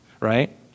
right